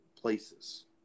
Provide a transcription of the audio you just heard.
places